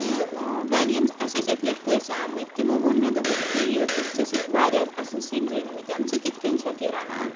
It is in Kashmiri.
تہٕ وۄنۍ ییٚمہِ اَسہِ ٲسۍ اَکہِ لَٹہِ پٔژھۍ آمٕتۍ تِمو ووٚن مےٚ دوٚپُکھ أکیٛاہ یہِ ژےٚ ژےٚ چھِتھ واریاہ اَصٕل سِنۍ رٔنۍ مٕتۍ ژٕ کِتھ کٔنۍ چھَکھ یہِ رَنان